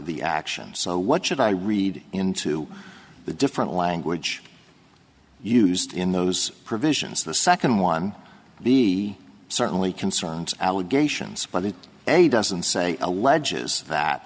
the action so what should i read into the different language used in those provisions the second one the certainly concerns allegations but it doesn't say alleges that